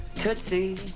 tootsie